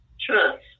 trust